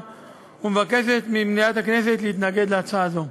ומבקשת ממליאת הכנסת להתנגד להצעה זו.